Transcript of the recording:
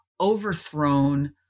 overthrown